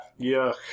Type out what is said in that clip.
Yuck